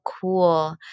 cool